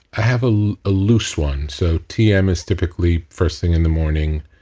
i have a ah loose one. so tm is typically first thing in the morning.